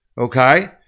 Okay